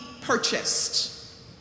purchased